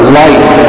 life